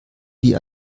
wie